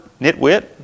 nitwit